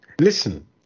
Listen